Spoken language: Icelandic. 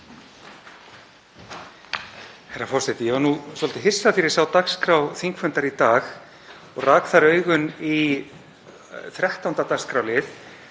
Herra forseti. Ég varð nú svolítið hissa þegar ég sá dagskrá þingfundar í dag og rak þar augun í 14. dagskrárlið,